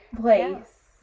place